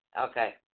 Okay